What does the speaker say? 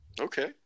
Okay